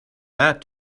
that